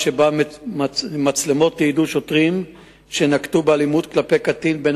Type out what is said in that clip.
אירע בבית-שמש מקרה של אלימות מצד שוטרים כלפי קטין בן